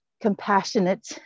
compassionate